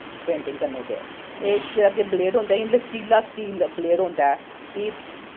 painting करनें दे इक अग्गैं बलेट होंदा अग्गैं स्टील दा लचीला बलेट होंदा ऐ की